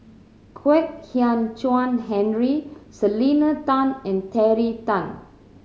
Kwek Hian Chuan Henry Selena Tan and Terry Tan